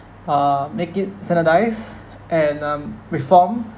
uh make it standardise and um reform